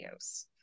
videos